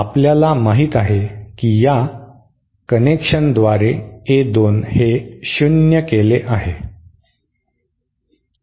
आपल्याला माहित आहे की या कनेक्शनद्वारे A 2 हे शून्य केले आहे